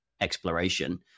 exploration